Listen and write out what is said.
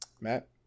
Matt